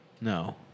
No